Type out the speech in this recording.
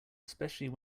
especially